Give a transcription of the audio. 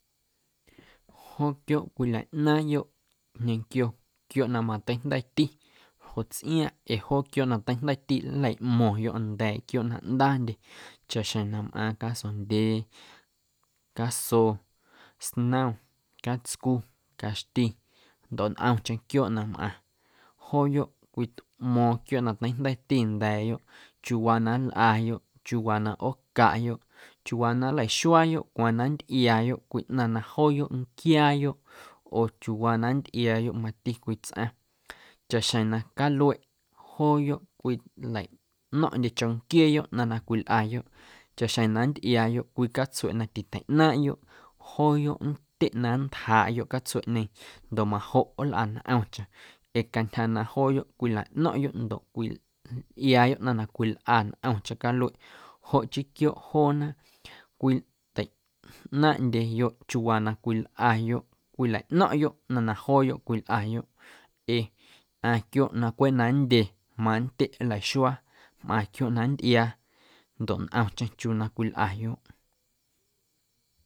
Joo quiooꞌ cwilaꞌnaaⁿyoꞌ ñequio quiooꞌ na matajnda̱ti joꞌ tsꞌiaaⁿꞌ ee joo quiooꞌ na ta̱jnda̱ti nlaꞌmo̱ⁿyoꞌ nda̱a̱ quiooꞌ na ꞌndaandye chaꞌxjeⁿ na mꞌaaⁿ casondyee, caso, snom, catscu, caxti ndoꞌ ntꞌomcheⁿ quiooꞌ na mꞌaⁿ jooyoꞌ cwitꞌmo̱o̱ⁿ quiooꞌ na tajnda̱ti nda̱a̱yoꞌ chiuuwaa na nlꞌayoꞌ, chiuuwaa na ꞌoocaꞌyoꞌ, chiuuwaa na nleixuaayoꞌ cwaaⁿ na nntꞌiaayoꞌ cwii ꞌnaⁿ na jooyoꞌ nquiaayoꞌ oo chiuuwaa na nntꞌiaayoꞌ mati cwii tsꞌaⁿ chaꞌxjeⁿ na calueꞌ jooyo cwileiꞌno̱ⁿꞌndye chonquieeyoꞌ ꞌnaⁿ na cwilꞌayoꞌ chaꞌxjeⁿ na nntꞌiaayoꞌ cwii catsueꞌ na titeiꞌnaaⁿꞌyoꞌ jooyoꞌ nntyeꞌ na nntjaaꞌyoꞌ catsueꞌñeeⁿ ndoꞌ majoꞌ nlꞌa ntꞌomcheⁿ ee cantyja na jooyoꞌ cwilaꞌno̱ⁿꞌyoꞌ ndoꞌ cwintꞌiaayoꞌ ꞌnaⁿ na cwilꞌa ntꞌomcheⁿ calueꞌ joꞌ chii quiooꞌ joona cwiteiꞌ ꞌnaaⁿꞌndyeyoꞌ chiuuwaa na cwilꞌayoꞌ cwilaꞌno̱ⁿꞌyoꞌ ꞌnaⁿ na jooyoꞌ cwilꞌayoꞌ ee ꞌaⁿ quiooꞌ na cweꞌ na nndye mantyeꞌ nlaxuaa mꞌaⁿ quiooꞌ na nntꞌiaa ndoꞌ ntꞌomcheⁿ chiuu na cwilꞌayoꞌ.